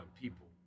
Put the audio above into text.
people